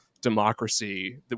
democracy